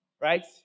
right